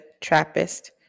Trappist